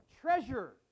Treasure